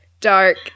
Dark